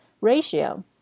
ratio